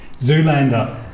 Zoolander